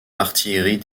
l’artillerie